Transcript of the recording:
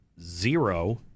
zero